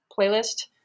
playlist